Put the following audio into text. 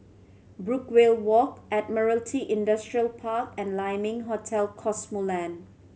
Brookvale Walk Admiralty Industrial Park and Lai Ming Hotel Cosmoland